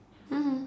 mmhmm